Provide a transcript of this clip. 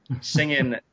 singing